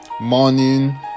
morning